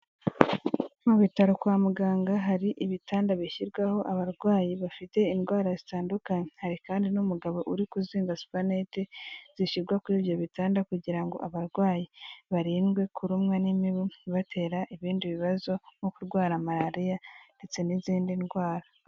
Mu bitaro kwa muganga hari ibitanda bishyirwaho abarwayi bafite indwara zitandukanye, hari kandi n'umugabo uri kuzinga supanete zishyirwa kuri ibyo bitanda kugira ngo abarwayi barindwe kurumwa n'imibu ibatera ibindi bibazo nko kurwara malariya ndetse n'izindi ndwara.